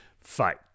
Fight